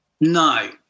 No